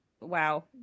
Wow